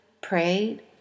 prayed